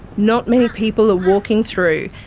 not many people are walking through,